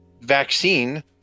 vaccine